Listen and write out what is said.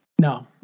No